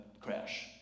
crash